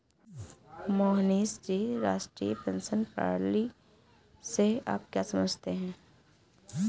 मोहनीश जी, राष्ट्रीय पेंशन प्रणाली से आप क्या समझते है?